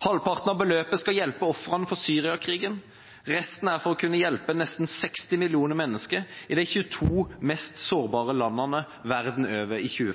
Halvparten av beløpet skal hjelpe ofrene for Syria-krigen. Resten er for å kunne hjelpe nesten 60 millioner mennesker i de 22 mest sårbare landene verden over i